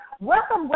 Welcome